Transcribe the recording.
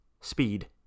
speed